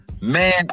man